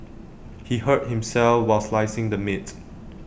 he hurt himself while slicing the meat